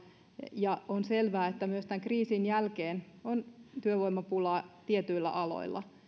ja on selvää että myös tämän kriisin jälkeen on työvoimapulaa tietyillä aloilla